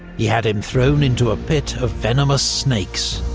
he had him thrown into a pit of venomous snakes.